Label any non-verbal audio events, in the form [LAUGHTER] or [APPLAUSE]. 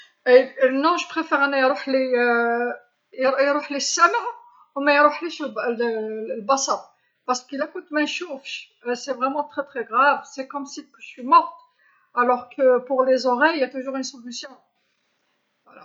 [HESITATION] لا أنا أفضل أنا يروحلي [HESITATION] يروحلي السمع ومايروحليش الب- البصر، لأن إذا كنت مانشوفش هذا حقا خطير جدا وكأنني ميتة، بينما للأذنين يوجد دائما حل، هكذا.